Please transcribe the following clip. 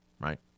right